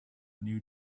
new